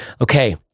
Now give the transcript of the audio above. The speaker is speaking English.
okay